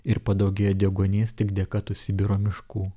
ir padaugėja deguonies tik dėka tų sibiro miškų